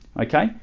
okay